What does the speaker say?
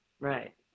Right